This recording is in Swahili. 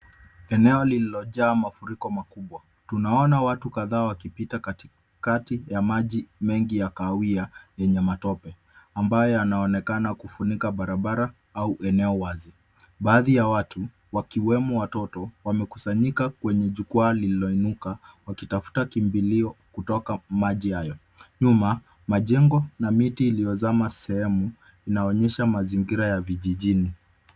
Eneo lililojaa mafuriko makubwa. Tunaona watu kadhaa wakipita katikati ya maji mengi ya kahawia yenye matope ambayo yanaonekana kufunika barabara au eneo wazi. Baadhi ya watu wakiwemo watoto, wamekusanyika kwenye jukwaa lililonyika wakitafuta kimbilio kutoka maji hayo. Nyuma, majengo na miti iliyozama sehemu inaonyesha mazingira ya vijijini.